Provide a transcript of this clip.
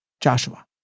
Joshua